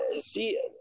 see